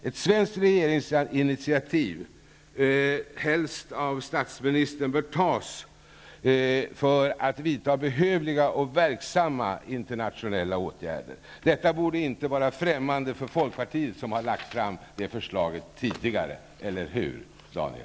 Ett svenskt regeringsinitiativ bör tas, helst av statsministern, för att vidta behövliga och verksamma internationella åtgärder. Detta borde inte vara främmande för folkpartiet, som tidigare har lagt fram det förslaget -- eller hur, Daniel